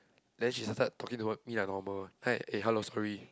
then she started talking toward me like normal one hi eh hello sorry